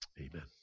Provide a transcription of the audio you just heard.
Amen